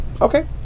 Okay